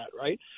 Right